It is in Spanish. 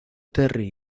terry